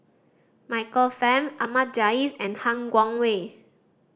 Michael Fam Ahmad Jais and Han Guangwei